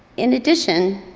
in addition,